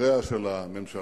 ממבקריה של הממשלה.